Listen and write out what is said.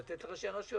לתת לראשי הרשויות.